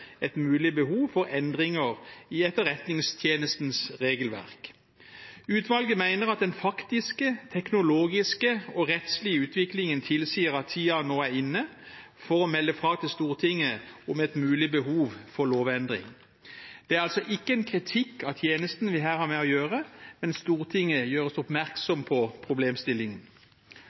et mulig behov for endringer i Etterretningstjenestens regelverk. Utvalget mener at den faktiske, teknologiske og rettslige utviklingen tilsier at tiden nå er inne for å melde fra til Stortinget om et mulig behov for lovendring. Det er altså ikke en kritikk av tjenesten vi her har med å gjøre, men Stortinget gjøres oppmerksom på problemstillingen.